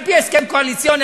על-פי הסכם קואליציוני,